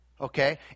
Okay